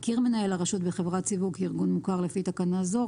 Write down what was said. הכיר מנהל הרשות בחברת סיווג כארגון מוכר לפי תקנה זו,